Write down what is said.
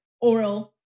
Oral